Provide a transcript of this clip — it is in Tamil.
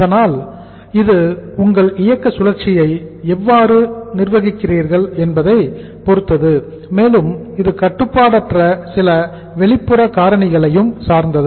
அதனால் இது உங்கள் இயக்க சுழற்சியை எவ்வாறு நிர்வகிக்கிறீர்கள் என்பதை பொருத்தது மேலும் இது கட்டுப்பாடற்ற சில வெளிப்புற காரணிகளையும் சார்ந்தது